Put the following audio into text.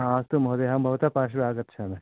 अस्तु महोदय अहं भवत पार्श्वे आगच्छामि